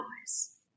noise